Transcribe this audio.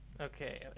okay